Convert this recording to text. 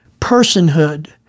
personhood